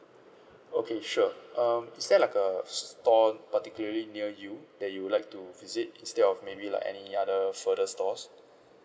okay sure um is there like a store particularly near you that you'd like to visit instead of maybe like any other further stores